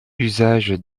usage